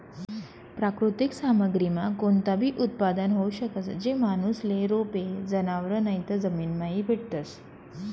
प्राकृतिक सामग्रीमा कोणताबी उत्पादन होऊ शकस, जे माणूसले रोपे, जनावरं नैते जमीनमाईन भेटतस